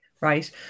right